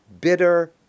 bitter